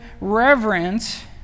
reverence